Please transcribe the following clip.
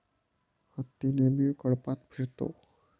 हत्ती नेहमी कळपात फिरतो